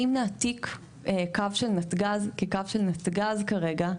אם נעתיק קו של נתג"ז כקו של נתג"ז כרגע,